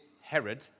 Herod